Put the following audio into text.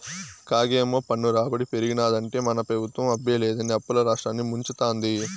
కాగేమో పన్ను రాబడి పెరిగినాదంటే మన పెబుత్వం అబ్బే లేదని అప్పుల్ల రాష్ట్రాన్ని ముంచతాంది